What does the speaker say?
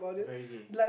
very gay